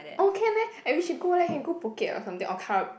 oh can meh eh we should go leh can go Phuket or something or Krab~